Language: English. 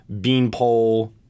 beanpole